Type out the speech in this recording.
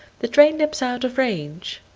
the train nips out of range.